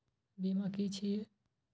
बीमा की छी ये?